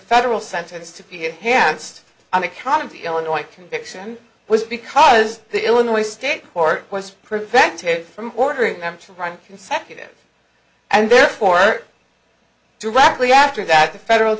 federal sentenced a few hands on account of the illinois conviction was because the illinois state court was prevented from ordering them to write consecutive and therefore directly after that the federal